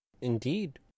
Indeed